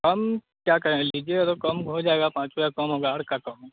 हम क्या कहें लीजिएगा तो कम हो जाएगा पाँच रुपया कम होगा और क्या कम हो